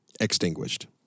Extinguished